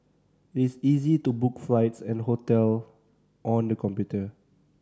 this is easy to book flights and hotel on the computer